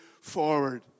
forward